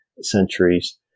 centuries